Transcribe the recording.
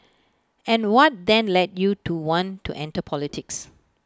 and what then led you to want to enter politics